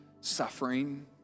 suffering